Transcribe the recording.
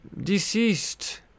Deceased